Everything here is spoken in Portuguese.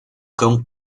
cão